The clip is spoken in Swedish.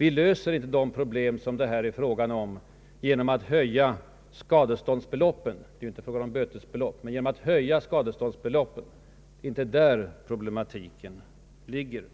Vi löser inte de problem som det är fråga om här genom att höja skadeståndsbeloppen — det är inte fråga om bötesbelopp. Nej det är inte på det planet problematiken ligger.